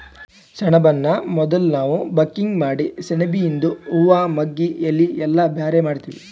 ಸೆಣಬನ್ನ ಮೊದುಲ್ ನಾವ್ ಬಕಿಂಗ್ ಮಾಡಿ ಸೆಣಬಿಯಿಂದು ಹೂವಾ ಮಗ್ಗಿ ಎಲಿ ಎಲ್ಲಾ ಬ್ಯಾರೆ ಮಾಡ್ತೀವಿ